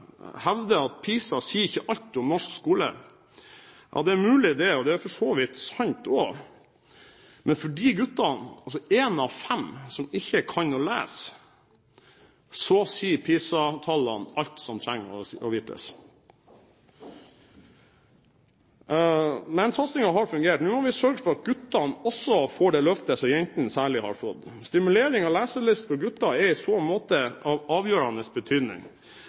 hevder at PISA ikke sier alt om norsk skole. Det er mulig det, og det er for så vidt sant også. Men for de guttene, altså én av fem, som ikke kan lese, sier PISA-tallene alt som vi trenger å vite. Men satsingen har fungert. Nå må vi sørge for at guttene også får det løftet som særlig jentene har fått. Stimulering av leselysten for gutter er i så måte av avgjørende betydning.